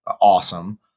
awesome